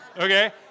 Okay